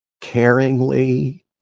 caringly